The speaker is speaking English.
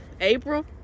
April